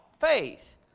faith